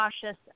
cautious